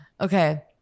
Okay